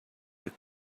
that